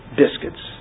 biscuits